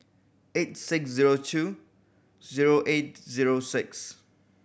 eight six zero two zero eight zero six